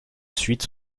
suite